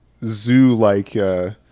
zoo-like